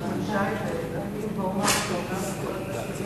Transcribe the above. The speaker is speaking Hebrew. הכנסת שלי יחימוביץ, בבקשה.